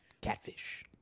catfish